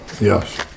Yes